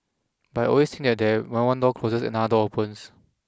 but I always think that when one door closes another door opens